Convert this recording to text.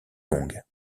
longues